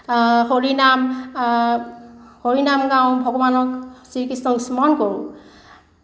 হৰিনাম হৰিনাম গাওঁ ভগৱানক শ্ৰীকৃষ্ণক স্মৰণ কৰোঁ